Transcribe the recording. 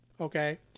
okay